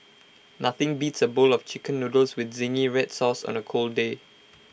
nothing beats A bowl of Chicken Noodles with Zingy Red Sauce on A cold day